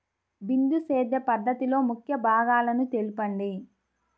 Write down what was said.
బిందు సేద్య పద్ధతిలో ముఖ్య భాగాలను తెలుపండి?